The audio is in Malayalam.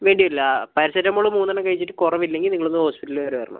വേണ്ടി വരില്ല പാരസെറ്റമോള് മൂന്ന് എണ്ണം കഴിച്ചിട്ട് കുറവ് ഇല്ലെങ്കിൽ നിങ്ങൾ ഒന്ന് ഹോസ്പിറ്റൽ വരെ വരണം